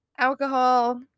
Alcohol